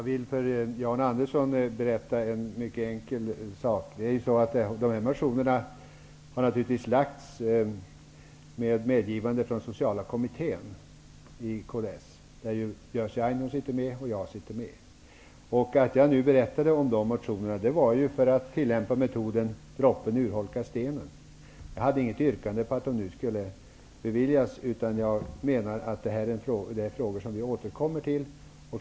Herr talman! Det är helt enkelt så, Jan Andersson, att väckta motioner har medgivits av kds sociala kommitté. Både Jerzy Einhorn och jag sitter med i den kommittén. Anledningen till att jag tog upp de aktuella motionerna var att jag ville visa att droppen urholkar stenen. Jag hade inget yrkande om bifall. Men jag menar att det är frågor som vi återkommer till.